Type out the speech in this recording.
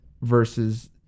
versus